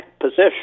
position